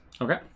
Okay